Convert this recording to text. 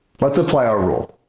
let's apply our rule.